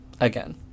again